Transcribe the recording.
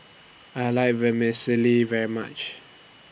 I like Vermicelli very much